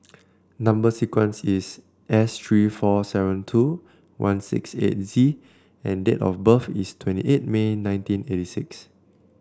number sequence is S three four seven two one six eight Z and date of birth is twenty eight May nineteen eighty six